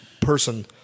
person